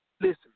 Listen